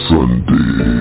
Sunday